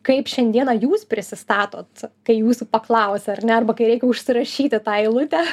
kaip šiandieną jūs prisistatot kai jūsų paklausia ar ne arba kai reikia užsirašyti tą eilutę